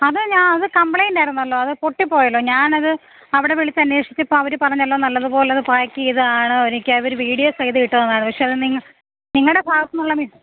അതു ഞാൻ അതു കമ്പ്ലൈൻ്റ് ആയിരുന്നല്ലോ അതു പൊട്ടിപ്പോയല്ലൊ ഞാനത് അവിടെ വിളിച്ചന്വേഷിച്ചപ്പം അവർ പറഞ്ഞല്ലോ നല്ലതു പോലത് പേക്ക് ചെയ്തതാണ് എനിക്കവർ വീഡിയോ സഹിതം ഇട്ടു തന്നതാണ് പക്ഷെ അതു നിങ്ങ നിങ്ങളുടെ ഭാഗത്തു നിന്നുള്ള മിസ്